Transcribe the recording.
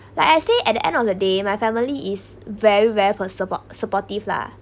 like I say at the end of the day my family is very very for~ support supportive lah